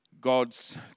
God's